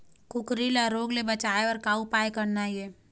कुकरी ला रोग ले बचाए बर का उपाय करना ये?